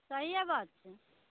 सहिये बात छै